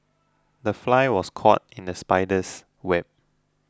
the fly was caught in the spider's web